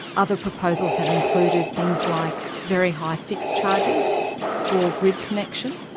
other proposals have included things like very high fixed charges for grid connection,